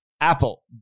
Apple